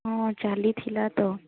ହଁ ଚାଲିଥିଲା ତ